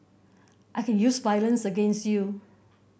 I can use violence against you